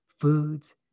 foods